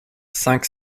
cinq